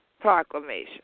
Proclamation